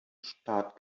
staat